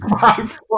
five